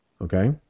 Okay